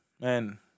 Man